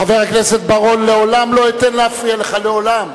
חבר הכנסת בר-און, לעולם לא אתן להפריע לך, לעולם.